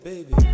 Baby